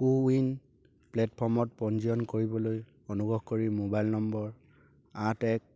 CoWIN প্লে'টফৰ্মত পঞ্জীয়ন কৰিবলৈ অনুগ্ৰহ কৰি মোবাইল নম্বৰ আঠ এক